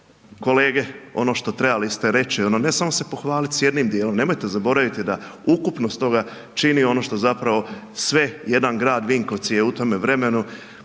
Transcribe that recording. kolege, ono što trebali ste reći, ne samo se pohvaliti s jednim dijelom, nemojte zaboraviti da ukupnost toga čini ono što zapravo sve jedan grad, Vinkovci je u tome vremenu